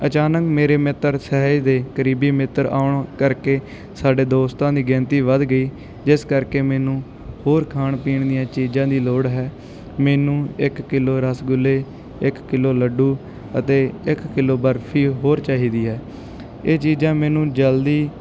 ਅਚਾਨਕ ਮੇਰੇ ਮਿੱਤਰ ਸਹਿਜ ਦੇ ਕਰੀਬੀ ਮਿੱਤਰ ਆਉਣ ਕਰਕੇ ਸਾਡੇ ਦੋਸਤਾਂ ਦੀ ਗਿਣਤੀ ਵੱਧ ਗਈ ਜਿਸ ਕਰਕੇ ਮੈਨੂੰ ਹੋਰ ਖਾਣ ਪੀਣ ਦੀਆਂ ਚੀਜ਼ਾਂ ਦੀ ਲੋੜ ਹੈ ਮੈਨੂੰ ਇੱਕ ਕਿਲੋ ਰਸਗੁੱਲੇ ਇੱਕ ਕਿਲੋ ਲੱਡੂ ਅਤੇ ਇੱਕ ਕਿਲੋ ਬਰਫੀ ਹੋਰ ਚਾਹੀਦੀ ਹੈ ਇਹ ਚੀਜ਼ਾਂ ਮੈਨੂੰ ਜਲਦੀ